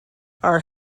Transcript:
are